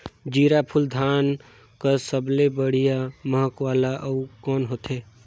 जीराफुल धान कस सबले बढ़िया महक वाला अउ कोन होथै?